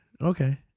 Okay